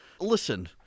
Listen